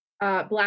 Black